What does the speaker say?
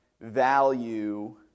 value